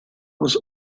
was